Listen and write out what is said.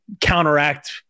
counteract